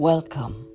Welcome